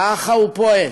ככה הוא פועל: